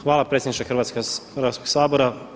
Hvala predsjedniče Hrvatskog sabora.